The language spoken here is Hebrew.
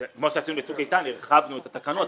כמו שעשינו בצוק איתן כאשר הרחבנו את התקנות.